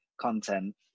content